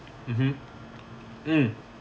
mmhmm mm